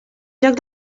joc